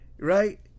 right